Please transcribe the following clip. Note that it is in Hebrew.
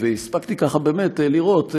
והספקתי באמת ככה לראות,